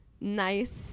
nice